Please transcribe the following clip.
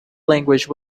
language